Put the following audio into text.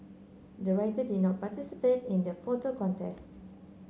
the writer did not participate in the photo contest